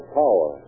power